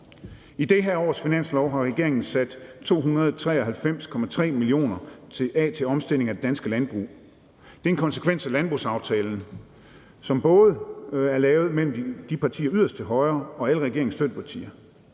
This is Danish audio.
I det her års finanslovsforslag har regeringen sat 293,3 mio. kr. af til en omstilling af det danske landbrug. Det er en konsekvens af landbrugsaftalen, som både er lavet med partierne yderst til højre og alle regeringens støttepartier